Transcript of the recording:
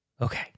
Okay